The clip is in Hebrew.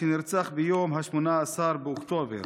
שנרצח ביום 18 באוקטובר,